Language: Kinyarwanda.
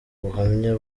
buhamya